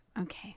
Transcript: Okay